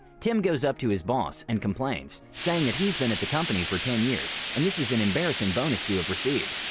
tim goes up to his boss and complains saying that he's been at the company for ten years and this is an embarrassing bonus to have received.